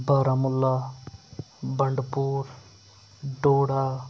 Baramulla Bandipora doda